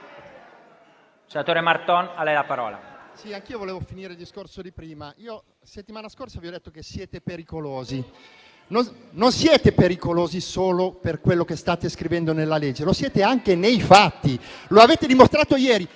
anch'io volevo finire il discorso di prima. La settimana scorsa vi ho detto che siete pericolosi. Non siete pericolosi solo per quello che state scrivendo nella legge, lo siete anche nei fatti, come avete dimostrato ieri.